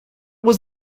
was